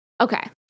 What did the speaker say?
okay